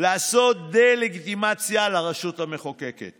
לעשות דה-לגיטימציה לרשות המחוקקת